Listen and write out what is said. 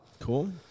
cool